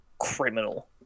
criminal